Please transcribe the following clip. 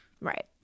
Right